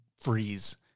freeze